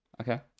Okay